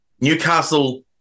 Newcastle